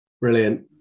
Brilliant